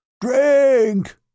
Drink